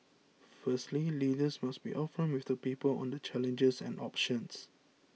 firstly leaders must be upfront with the people on the challenges and options